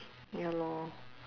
ya lor